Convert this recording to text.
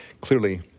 clearly